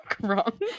wrong